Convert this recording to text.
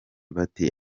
bati